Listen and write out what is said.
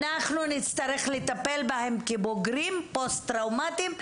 אנחנו נצטרך לטפל בהם כבוגרים פוסט-טראומתיים,